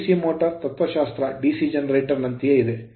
DC motors motors ತತ್ವಶಾಸ್ತ್ರ DC generator generator ನಂತೆಯೇ ಇದೆ